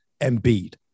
Embiid